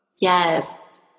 Yes